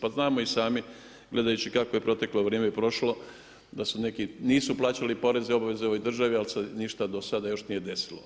Pa znamo i sami gledajući kako je proteklo vrijeme prošlo da su neki, nisu plaćali porez i obaveze u ovoj državi ali se ništa do sada još nije desilo.